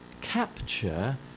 capture